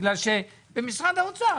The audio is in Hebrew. כיוון שבמשרד האוצר,